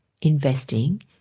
investing